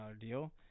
deal